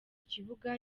kibuga